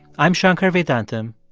i'm shankar vedantam,